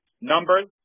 numbers